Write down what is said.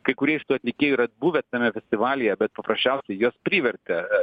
kai kurie iš tų atlikėjų yra buvę tame festivalyje bet paprasčiausiai juos privertė